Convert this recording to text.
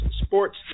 sports